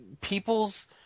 people's